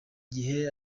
gihe